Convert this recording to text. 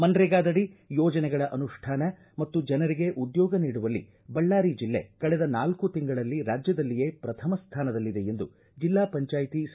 ಮಪ್ರೇಗಾದಡಿ ಯೋಜನೆಗಳ ಅನುಷ್ಠಾನ ಮತ್ತು ಜನರಿಗೆ ಉದ್ಯೋಗ ನೀಡುವಲ್ಲಿ ಬಳ್ಳಾರಿ ಜಿಲ್ಲೆ ಕಳೆದ ನಾಲ್ಕು ತಿಂಗಳಲ್ಲಿ ರಾಜ್ಯದಲ್ಲಿಯೇ ಪ್ರಥಮ ಸ್ಥಾನದಲ್ಲಿದೆ ಎಂದು ಜಿಲ್ಲಾ ಪಂಚಾಯ್ತಿ ಸಿ